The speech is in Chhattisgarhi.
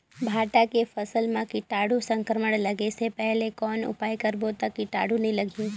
भांटा के फसल मां कीटाणु संक्रमण लगे से पहले कौन उपाय करबो ता कीटाणु नी लगही?